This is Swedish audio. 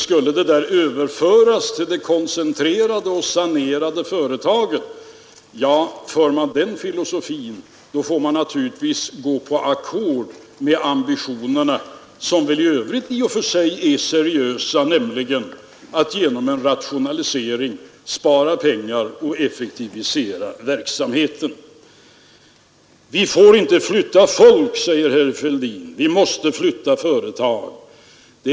— Såvida han inte är så pass ogenerad att han säger: Detta lovar jag, men då menar jag naturligtvis att finansministern skall sulagera mig för detta, eftersom jag ju under alla förhållanden måste ha pengarna. Man klagar på marginalbeskattningens effekter, vilket är mänskligt när man konfronteras med dem.